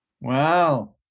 Wow